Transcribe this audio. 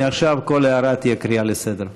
מעכשיו כל הערה תהיה קריאה לסדר.